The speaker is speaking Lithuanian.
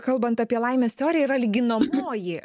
kalbant apie laimės teoriją yra lyginamoji